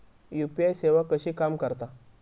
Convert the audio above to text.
UPI सेवा कशी काम करता?